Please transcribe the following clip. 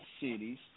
cities